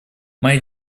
моя